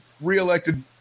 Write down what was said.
reelected